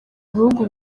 ibihugu